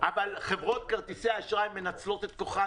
אבל חברות כרטיסי האשראי מנצלות את כוחן